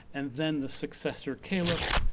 and then the successor caliphs,